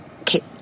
Okay